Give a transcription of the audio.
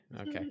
okay